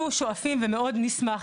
אנחנו שואפים, ומאוד נשמח,